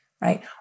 right